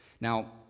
Now